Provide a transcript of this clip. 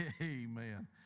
Amen